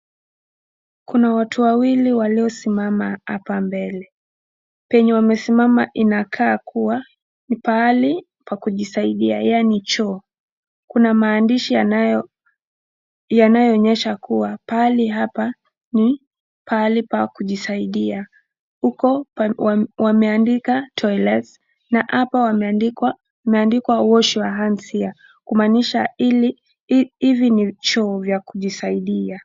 Kuna watu wawili waliosimama hapa mbele. Penye wamesimama inakaa kuwa ni pahali pa kujisaidia yaani choo. Kuna maandishi yanayoonyesha kuwa pahali hapa ni pahali pa kujisaidia, huko wameandikwa t oilets na hapa imeandikwa wash your hands here kumaanisha hivi ni choo vya kujisaidia.